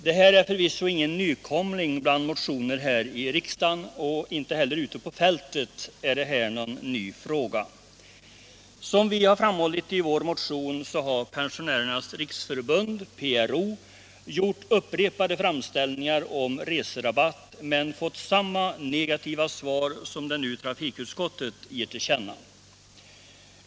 Detta är förvisso ingen nykomling bland motioner här i riksdagen, och inte heller ute på fältet är det någon ny fråga. Som vi har framhållit i vår motion har Pensionärernas riksförbund, 153 PRO, gjort upprepade framställningar om reserabatt men fått samma negativa svar som nu trafikutskottet ger till känna.